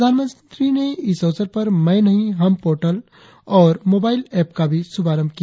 प्रधानमंत्री ने इस अवसर पर मैं नहीं हम पोर्टल और मोबाइल एप का भी शुभारंभ किया